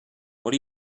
what